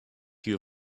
you